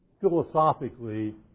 philosophically